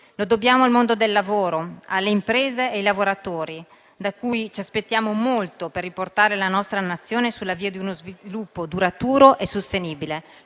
Lo dobbiamo al mondo del lavoro, alle imprese e ai lavoratori, da cui ci aspettiamo molto per riportare la nostra Nazione sulla via di uno sviluppo duraturo e sostenibile.